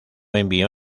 envió